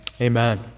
Amen